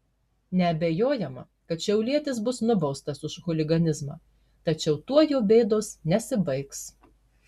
neabejojama kad šiaulietis bus nubaustas už chuliganizmą tačiau tuo jo bėdos nesibaigs